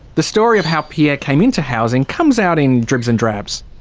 the story of how pierre came into housing comes out in dribs and drabs.